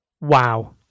Wow